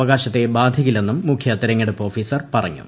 അവകാശത്തെ ബാധിക്കില്ലെന്നും മുഖ്യ തെരഞ്ഞെടുപ്പ് ഓഫീസർ പറഞ്ഞു